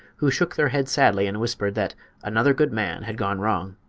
who shook their heads sadly and whispered that another good man had gone wrong.